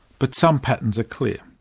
but some patterns are clear.